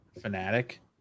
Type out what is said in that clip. fanatic